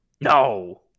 No